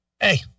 Hey